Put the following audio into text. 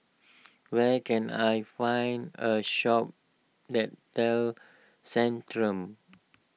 where can I find a shop that sells Centrum